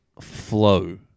flow